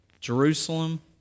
Jerusalem